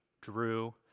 Drew